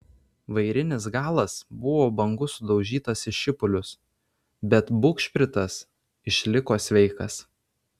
vairinis galas buvo bangų sudaužytas į šipulius bet bugšpritas išliko sveikas